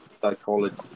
psychology